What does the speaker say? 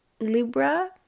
Libra